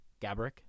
Gabrick